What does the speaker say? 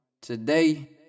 Today